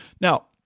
now